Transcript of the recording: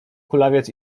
kulawiec